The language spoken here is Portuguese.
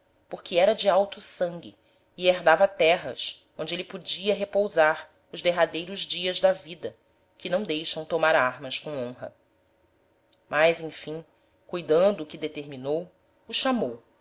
porque era de alto sangue e herdava terras onde êle podia repousar os derradeiros dias da vida que não deixam tomar armas com honra mas emfim cuidando o que determinou o chamou